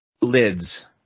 lids